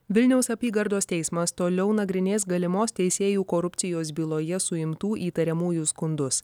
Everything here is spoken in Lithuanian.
vilniaus apygardos teismas toliau nagrinės galimos teisėjų korupcijos byloje suimtų įtariamųjų skundus